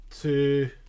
two